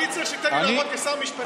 אני צריך שתיתן לי לעבוד כשר המשפטים וזהו.